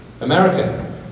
America